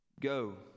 go